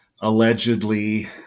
allegedly